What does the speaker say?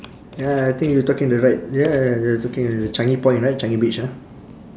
ya I think you talking the right ya you talking the changi point right changi beach ah